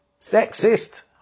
sexist